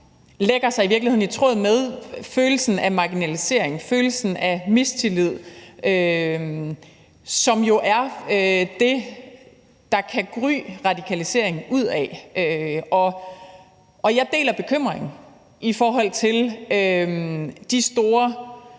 lægger det sig i virkeligheden i tråd med følelsen af marginalisering og følelsen af mistillid, som jo er det, der kan gry radikalisering ud af. Jeg deler bekymringen i forhold til de store